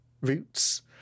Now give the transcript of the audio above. roots